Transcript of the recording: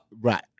Right